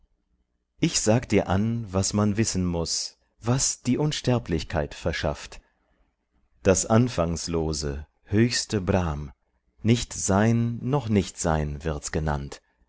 ich sag dir was man wissen muß was die unsterblichkeit verschafft das anfangslose höchste brahm nicht sein noch nichtsein wird's genannt